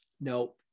no